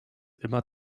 immer